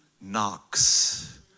knocks